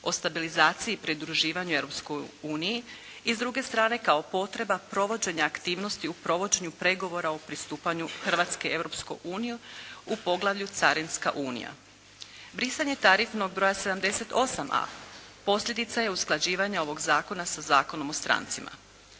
o stabilizaciji, pridruživanju Europskoj uniji i s druge strane kao potreba provođenja aktivnosti u provođenju pregovora o pristupanju Hrvatske Europskoj uniji u Poglavlju carinska unija. Brisanje tarifnog broja 78a, posljedica je usklađivanja ovog zakona sa Zakonom o strancima.